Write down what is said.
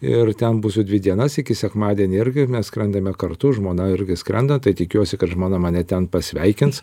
ir ten būsiu dvi dienas iki sekmadienį mes skrendame kartu žmona irgi skrenda tai tikiuosi kad žmona mane ten pasveikins